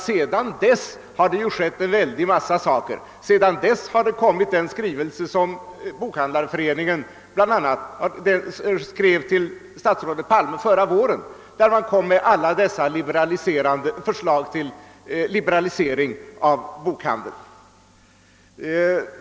Sedan dess har det nämligen inträffat en hel mängd saker, bl.a. har den skrivelse kommit som Bokhandlareföreningen avlät till statsrådet Palme förra våren med alla dessa förslag till liberalisering av bokhandeln.